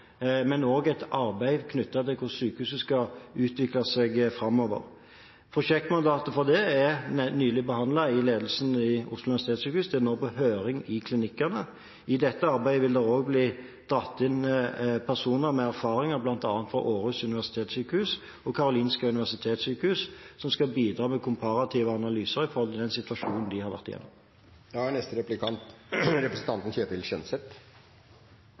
og et arbeid knyttet til hvordan sykehuset skal utvikle seg framover. Prosjektmandatet for det er nylig behandlet i ledelsen ved Oslo universitetssykehus, og det er nå på høring i klinikkene. I dette arbeidet vil det også bli tatt med personer med erfaringer fra Århus Universitetshospital og Karolinska Universitetssjukhuset, som skal bidra med komparative analyser knyttet til den situasjonen de har vært